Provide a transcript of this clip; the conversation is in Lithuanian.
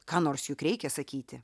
ką nors juk reikia sakyti